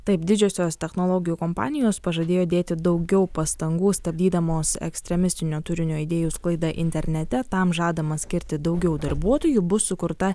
taip didžiosios technologijų kompanijos pažadėjo dėti daugiau pastangų stabdydamos ekstremistinio turinio idėjų sklaidą internete tam žadama skirti daugiau darbuotojų bus sukurta